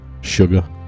sugar